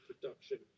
production